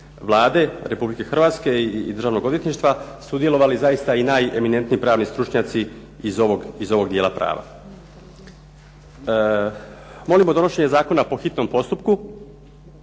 Vlade RH i Državnog odvjetništva sudjelovali zaista i najeminentniji pravni stručnjaci iz ovog dijela prava. Molimo donošenje zakona po hitnom postupku